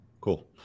Cool